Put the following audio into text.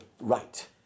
right